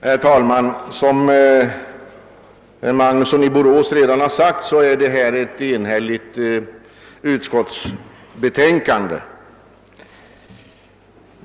Herr talman! Som herr Magnusson i Borås redan har framhållit är utskottets betänkande enhälligt.